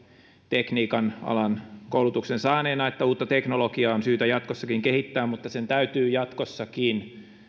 tekniikan alan koulutuksen saaneena että uutta teknologiaa on syytä jatkossakin kehittää mutta sen täytyy jatkossakin